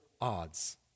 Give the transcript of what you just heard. odds